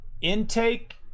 intake